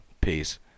peace